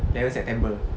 ten september